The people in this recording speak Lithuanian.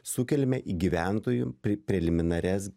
sukeliame į gyventojų preliminarias